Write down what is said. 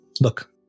Look